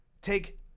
take